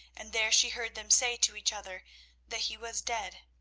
and there she heard them say to each other that he was dead.